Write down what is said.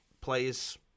players